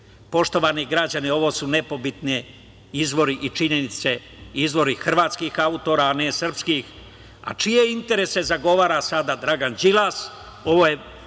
godine. Poštovani građani, ovo su nepobitni izvori i činjenice, izvori hrvatskih autora a ne srpskih. A čije interese zagovara sada Dragan Đilas? Ovo je